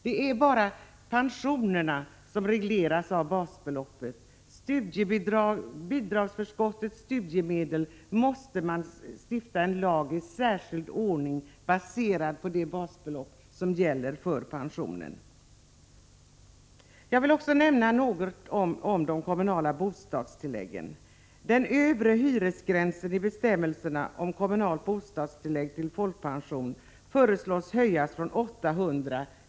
Det är bara pensionerna som regleras genom basbeloppet. För bidragsförskott och studiemedel måste man stifta en lag i särskild ordning baserad på det basbelopp som gäller för pensionerna. Jag vill också nämna de kommunala bostadstilläggen. Den övre hyresgränsen i bestämmelserna om kommunalt bostadstillägg till folkpension föreslås höjas från 800 kr.